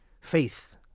faith